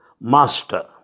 master